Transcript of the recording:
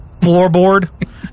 floorboard